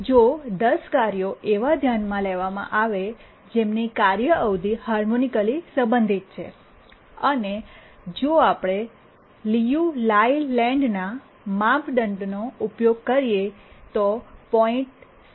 જો દસ કાર્યો એવા ધ્યાન માં લેવામાં આવે જેમની કાર્ય અવધિ હાર્મોનિકલી સંબંધિત છે અને જો આપણે લિયુ લાયલેન્ડ ના માપદંડોનો ઉપયોગ કરીએ તો 0